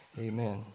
Amen